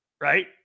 right